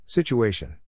Situation